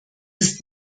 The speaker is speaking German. ist